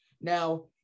Now